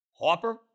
Harper